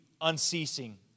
unceasing